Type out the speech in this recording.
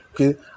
Okay